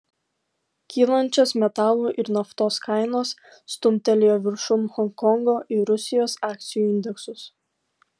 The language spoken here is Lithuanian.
kylančios metalų ir naftos kainos stumtelėjo viršun honkongo ir rusijos akcijų indeksus